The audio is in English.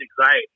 anxiety